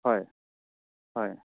হয়